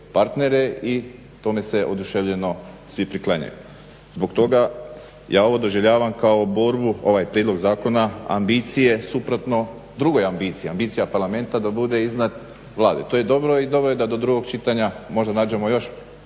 partnere i tome se oduševljeno svi priklanjaju. Zbog toga ja ovo doživljavam kao borbu ovaj prijedlog zakona ambicije suprotno drugoj ambiciji. Ambicija Parlamenta da bude iznad Vlade, to je dobro i dobro je da do drugog čitanja možda nađemo još